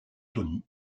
tony